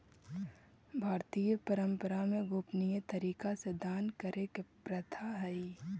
भारतीय परंपरा में गोपनीय तरीका से दान करे के प्रथा हई